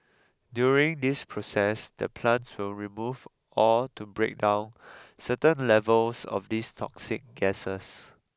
during this process the plants will remove or to break down certain levels of these toxic gases